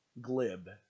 glib